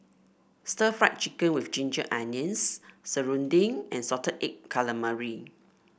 stir Fry Chicken with Ginger Onions serunding and Salted Egg Calamari